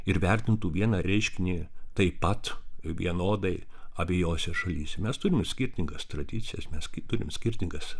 ir vertintų vieną reiškinį taip pat vienodai abiejose šalyse mes turim skirtingas tradicijas mes turim skirtingas